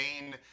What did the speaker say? main